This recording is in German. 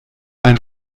ein